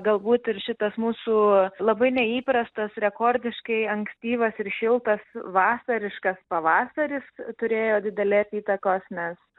galbūt ir šitas mūsų labai neįprastas rekordiškai ankstyvas ir šiltas vasariškas pavasaris turėjo didelės įtakos nes